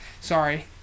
Sorry